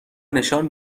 نشان